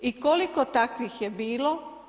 I koliko takvih je bilo?